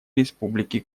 республики